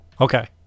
Okay